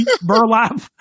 burlap